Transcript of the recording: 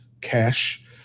cash